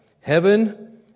heaven